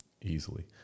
easily